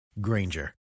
Granger